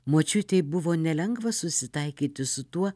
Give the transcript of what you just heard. močiutei buvo nelengva susitaikyti su tuo